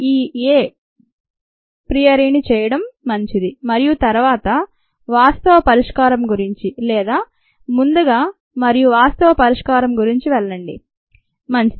ఈ a ప్రియరీని చేయడం మంచిది మరియు తరువాత వాస్తవ పరిష్కారం గురించి లేదా ముందుగా మరియు వాస్తవ పరిష్కారం గురించి వెళ్లడం మంచిది